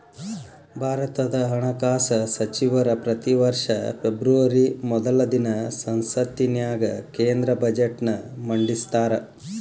ಭಾರತದ ಹಣಕಾಸ ಸಚಿವರ ಪ್ರತಿ ವರ್ಷ ಫೆಬ್ರವರಿ ಮೊದಲ ದಿನ ಸಂಸತ್ತಿನ್ಯಾಗ ಕೇಂದ್ರ ಬಜೆಟ್ನ ಮಂಡಿಸ್ತಾರ